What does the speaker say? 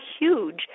huge